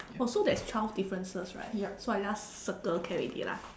oh so there's twelve differences right so I just circle can already lah